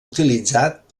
utilitzat